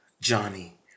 Johnny